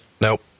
Nope